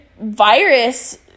virus